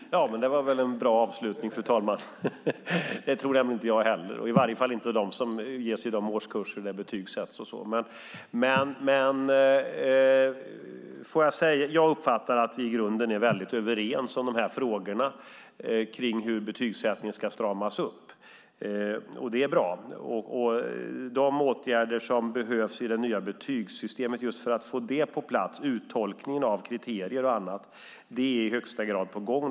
Fru talman! Det var väl en bra avslutning - det tror nämligen inte jag heller, i varje fall inte i de årskurser där betyg sätts. Jag uppfattar att vi i grunden är väldigt överens om hur betygssättningen ska stramas upp, och det är bra. De åtgärder som behövs i det nya betygssystemet för att få det på plats, uttolkningen av kriterier och annat, är i högsta grad på gång.